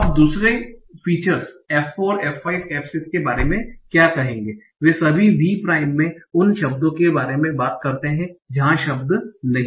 अब दूसरे features f 4 f 5 f 6 के बारे में क्या कहेंगे वे सभी V प्राइम में उन शब्दों के बारे में बात करते हैं जहां शब्द नहीं है